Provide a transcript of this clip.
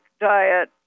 diet